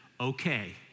okay